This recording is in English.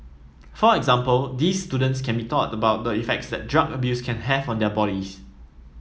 for example these students can be taught about the effects that drug abuse can have on their bodies